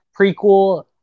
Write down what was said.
prequel